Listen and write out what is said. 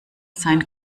sein